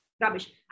Rubbish